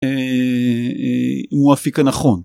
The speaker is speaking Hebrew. אה... הוא האפיק הנכון